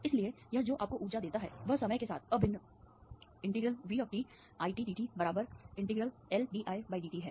इसलिए यह जो आपको ऊर्जा देता है वह समय के साथ अभिन्न ∫VIdt ∫LdIdt है